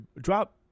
drop